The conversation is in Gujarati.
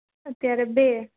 અત્યારે બે